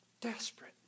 Desperate